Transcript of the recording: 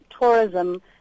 tourism